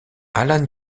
alan